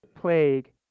plague